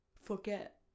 Forget